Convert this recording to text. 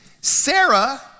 Sarah